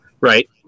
right